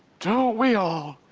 don't we all?